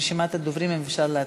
רשימת הדוברים, אם אפשר לעדכן.